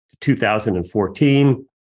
2014